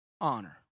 honor